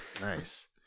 nice